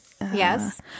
Yes